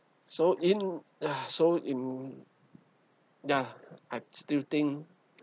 so in ah so in ya I still think